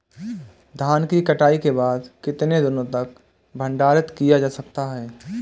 धान की कटाई के बाद कितने दिनों तक भंडारित किया जा सकता है?